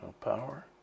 power